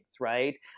right